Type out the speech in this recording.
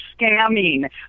scamming